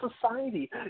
society